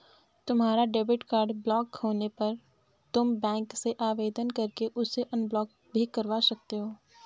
तुम्हारा debit card block होने पर तुम बैंक से आवेदन करके उसे अनब्लॉक भी करवा सकते हो